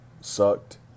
sucked